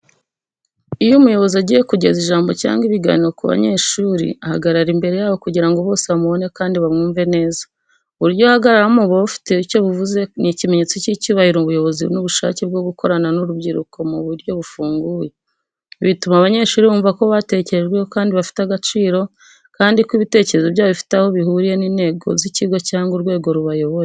Iyo umuyobozi agiye kugeza ijambo cyangwa ibiganiro ku banyeshuri, ahagarara imbere yabo kugira ngo bose bamubone kandi bamwumve neza. Uburyo ahagararamo buba bufite icyo buvuze: Ni ikimenyetso cy'icyubahiro, ubuyobozi n’ubushake bwo gukorana n’urubyiruko mu buryo bufunguye. Ibi bituma abanyeshuri bumva ko batekerejweho, ko bafite agaciro, kandi ko ibitekerezo byabo bifite aho bihuriye n’intego z’ikigo cyangwa urwego rubayobora.